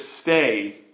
stay